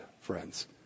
friends